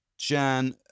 Jan